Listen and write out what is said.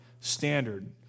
standard